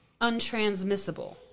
untransmissible